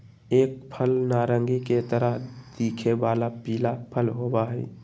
एक फल नारंगी के तरह दिखे वाला पीला फल होबा हई